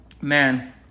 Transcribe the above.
Man